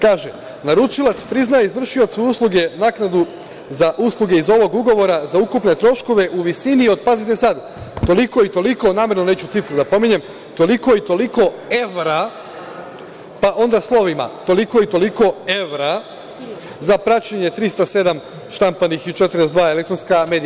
Kaže: „Naručilac priznaje izvršiocu usluge naknadu za usluge iz ovog ugovora za ukupne troškove u visini od“, pazite sad, „toliko itoliko“, namerno neću cifru da pominjem, „toliko itoliko evra“, pa onda slovima „toliko itoliko evra za praćenje 307 štampanih i 42 elektronska medija“